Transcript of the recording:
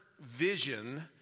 vision